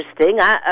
interesting